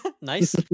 Nice